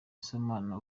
sinabona